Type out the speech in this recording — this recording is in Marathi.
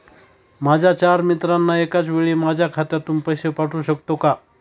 माझ्या चार मित्रांना एकाचवेळी माझ्या खात्यातून पैसे पाठवू शकतो का?